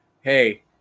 hey